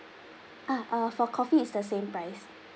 ah uh for coffee is the same price